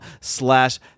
slash